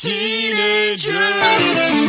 Teenagers